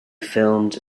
filmed